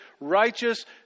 righteous